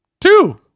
Two